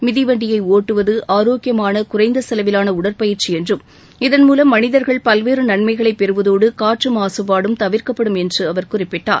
மிதி வண்டியை ஒட்டுவது ஆரோக்கியமான குறைந்த செலவிலான உடற்பயிற்சி என்றும் இதன்மூலம் மனிதர்கள் பல்வேறு நன்மைகளை பெறுவதோடு காற்று மாசுபாடும் தவிர்க்கப்படும் என்றும் அவர் குறிப்பிட்டார்